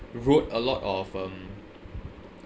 wrote a lot of um